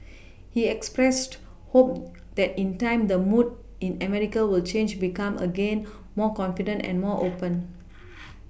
he expressed hope that in time the mood in America will change become again more confident and more open